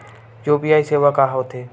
UPI सेवा का होथे?